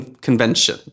convention